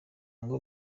ngo